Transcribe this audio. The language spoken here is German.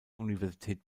universität